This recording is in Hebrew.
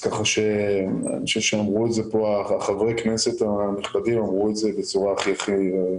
אני חושב שחברי הכנסת אמרו את זה בצורה ברורה.